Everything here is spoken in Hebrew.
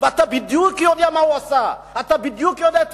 ואתה יודע בדיוק מה הוא עשה,